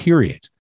Period